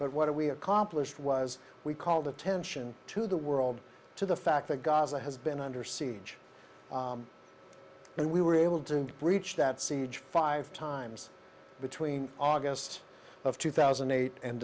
but what are we accomplished was we called attention to the world to the fact that gaza has been under siege and we were able to breach that siege five times between august of two thousand and eight and